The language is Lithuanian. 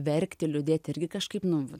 verkti liūdėti irgi kažkaip nu